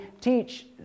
teach